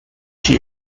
she